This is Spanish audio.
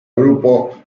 grupo